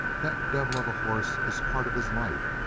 that devil of a horse is part of his life.